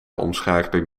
omschakeling